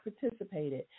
participated